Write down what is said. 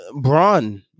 Braun